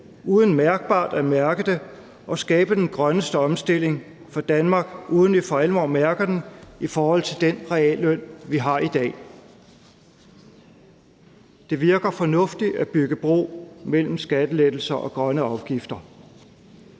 uden det er mærkbart, og skabe den grønneste omstilling for Danmark, uden vi for alvor mærker den i forhold til den realløn, vi har i dag. Det virker fornuftigt at bygge bro mellem skattelettelser og grønne afgifter,